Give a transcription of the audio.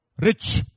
Rich